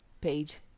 page